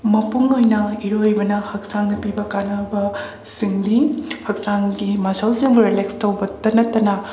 ꯃꯄꯨꯡ ꯑꯣꯏꯅ ꯏꯔꯣꯏꯕꯅ ꯍꯛꯆꯥꯡꯗ ꯄꯤꯕ ꯀꯥꯟꯅꯕ ꯁꯤꯡꯗꯤ ꯍꯛꯆꯥꯡꯒꯤ ꯃꯁꯜꯁꯤꯡꯕꯨ ꯔꯤꯂꯦꯛꯁ ꯇꯧꯕꯇ ꯅꯠꯇꯅ